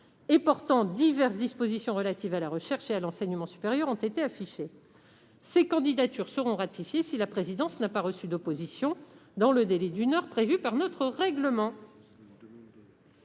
et portant diverses dispositions relatives à la recherche et à l'enseignement supérieur ont été affichées. Ces candidatures seront ratifiées si la présidence n'a pas reçu d'opposition dans le délai d'une heure prévu par notre règlement.